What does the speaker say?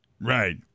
Right